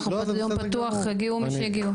אנחנו פה דיון פתוח הגיעו מי שהגיעו.